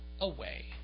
Away